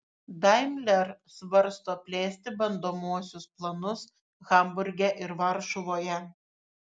daimler svarsto plėsti bandomuosius planus hamburge ir varšuvoje